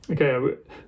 Okay